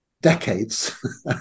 decades